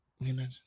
Imagine